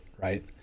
right